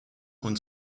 und